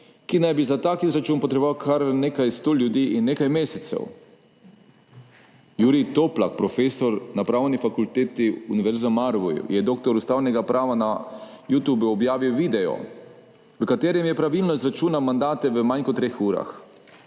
ki naj bi za tak izračun potreboval kar nekaj sto ljudi in nekaj mesecev. Jurij Toplak, profesor na Pravni fakulteti Univerze v Mariboru, je doktor ustavnega prava, je na YouTube objavil video, v katerem je pravilno izračunal mandate v manj kot treh urah.